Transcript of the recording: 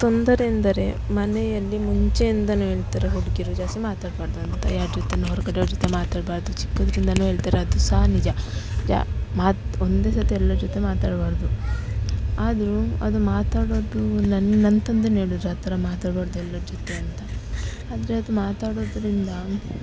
ತೊಂದರೆ ಎಂದರೆ ಮನೆಯಲ್ಲಿ ಮುಂಚೆಯಿಂದ ಹೇಳ್ತಾರೆ ಹುಡುಗೀರು ಜಾಸ್ತಿ ಮಾತಾಡಬಾರ್ದು ಅಂತ ಯಾರ ಜೊತೆ ಹೊರ್ಗಡೆಯವ್ರ ಜೊತೆ ಮಾತಾಡಬಾರ್ದು ಚಿಕ್ಕದ್ರಿಂದ ಹೇಳ್ತಾರೆ ಅದು ಸಹ ನಿಜ ಜ ಮತ್ತು ಒಂದೇ ಸರ್ತಿ ಎಲ್ಲರ ಜೊತೆ ಮಾತಾಡಬಾರ್ದು ಆದರು ಅದು ಮಾತಾಡೋದು ನನ್ನ ನನ್ನ ತಂದೆ ಹೇಳಿದರು ಆ ಥರ ಮಾತಾಡಬಾರ್ದು ಎಲ್ಲರ ಜೊತೆ ಅಂತ ಆದರೆ ಅದು ಮಾತಾಡೋದ್ರಿಂದ